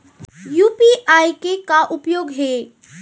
UPI के का उपयोग हे?